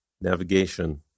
navigation